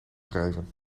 schrijven